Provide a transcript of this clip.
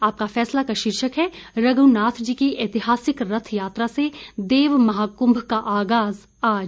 आपका फैसला का शीर्षक है रघुनाथजी की ऐतिहासिक रथ यात्रा से देव महाकुभ का आगाज आज